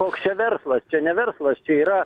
koks čia verslas čia ne verslas čia yra